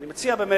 ואני מציע באמת